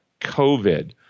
COVID